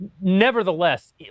Nevertheless